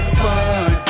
fun